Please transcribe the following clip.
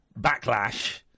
backlash